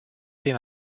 din